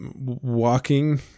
walking